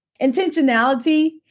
intentionality